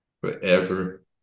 forever